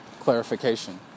clarification